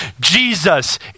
Jesus